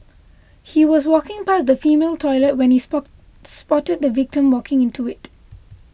he was walking past the female toilet when he spot spotted the victim walking into it